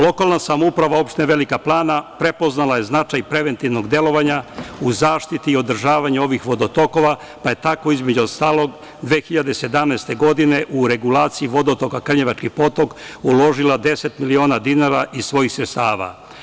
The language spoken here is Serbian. Lokalna samouprava opštine Velika Plana prepoznala je značaj preventivnog delovanja u zaštiti i održavanju ovih vodotokova, pa je tako, između ostalog, 2017. godine u regulaciji vodotoka Krnjevački potok uložila 10 miliona dinara iz svojih sredstava.